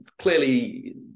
clearly